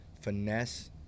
finesse